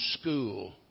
school